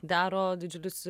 daro didžiulius